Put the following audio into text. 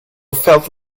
felt